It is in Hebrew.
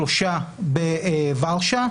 שלושה בורשה,